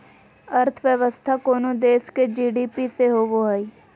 अर्थव्यवस्था कोनो देश के जी.डी.पी से होवो हइ